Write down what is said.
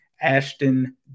Ashton